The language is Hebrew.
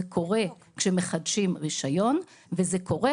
זה קורה כשמחדשים רישיון וזה קורה,